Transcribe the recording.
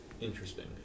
Interesting